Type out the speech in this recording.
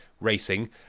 racing